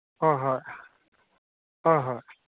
ꯍꯣꯏ ꯍꯣꯏ ꯍꯣꯏ ꯍꯣꯏ